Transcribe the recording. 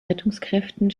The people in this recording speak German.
rettungskräften